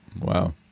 Wow